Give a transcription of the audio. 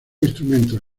instrumentos